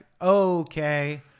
Okay